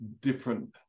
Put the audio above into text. different